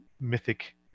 mythic